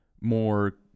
more